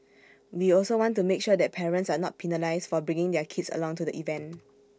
we also want to make sure that parents are not penalised for bringing their kids along to the event